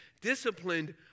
disciplined